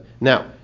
Now